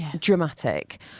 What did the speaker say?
dramatic